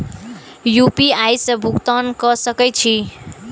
UPI से भुगतान क सके छी?